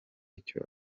icyo